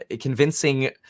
convincing